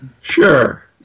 Sure